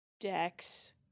Dex